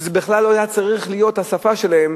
וזו בכלל לא היתה צריכה להיות השפה שלהם,